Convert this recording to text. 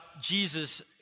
Jesus